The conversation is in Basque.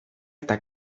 eta